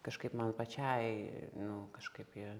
kažkaip man pačiai nu kažkaip jie